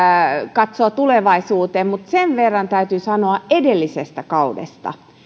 katsoa tulevaisuuteen mutta sen verran täytyy sanoa edellisestä kaudesta